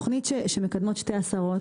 זו תכנית שמקדמות שתי השרות,